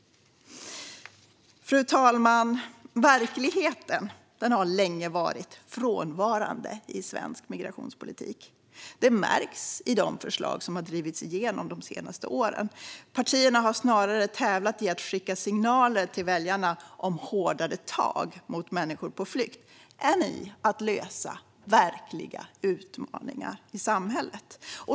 Fru talman! Verkligheten har länge varit frånvarande i svensk migrationspolitik. Det märks i de förslag som har drivits igenom de senaste åren. Partierna har tävlat i att skicka signaler till väljarna om hårdare tag mot människor på flykt snarare än i att lösa verkliga utmaningar i samhället.